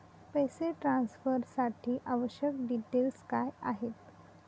पैसे ट्रान्सफरसाठी आवश्यक डिटेल्स काय आहेत?